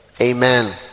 amen